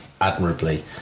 admirably